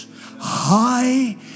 high